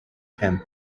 camp